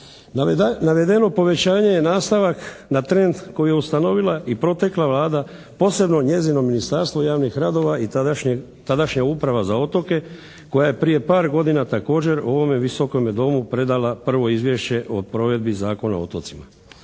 Navedeno povećanje je nastavak na trend koji je ustanovila i protekla Vlada, posebno njezino Ministarstvo javnih radova i tadašnja Uprava za otoke koja je prije par godina također ovome Visokome domu predala prvo Izvješće o provedbi Zakona o otocima.